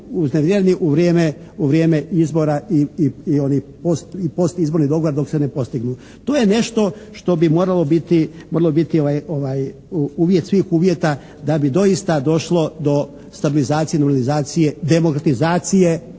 uznevjerni u vrijeme izbora i postizbornih događaja dok se ne postignu. To je nešto što bi moralo biti uvjet svih uvjeta da bi doista došlo do stabilizacije, normalizacije, demokratizacije